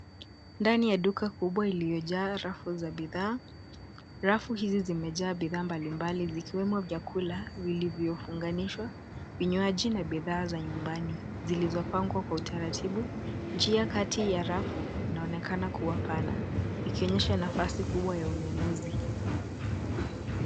Ndani ya duka kubwa iliyojaa rafu za bidhaa .Rafu hizi zimejaa bidhaa mbalimbali vikiwemo vyakula vilivyofunganishwa, vinywaji na bidhaa za nyumbani zilizopangwa kwa utaratibu. Njia kati ya rafu inaonekana kuwa pana, ikionyesha nafasi kubwa ya ununuzi.